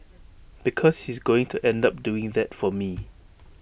because he's going to end up doing that for me